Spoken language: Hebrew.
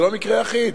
זה לא מקרה יחיד.